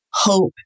hope